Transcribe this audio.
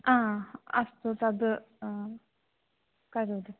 हा अस्तु तद् करोतु